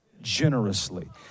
generously